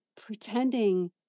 pretending